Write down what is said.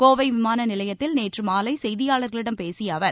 கோவை விமான நிலையத்தில் நேற்று மாலை செய்தியாளர்களிடம் பேசிய அவர்